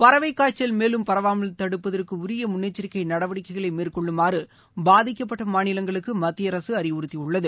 பறவைக்காய்ச்சல் மேலும் பரவாமல் தடுப்பதற்கு உரிய முன்னெச்சரிக்கை நடவடிக்கைகளை மேற்கொள்ளுமாறு பாதிக்கப்பட்ட மாநிலங்களுக்கு மத்திய அரசு அறிவுறுத்தியுள்ளது